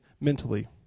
mentally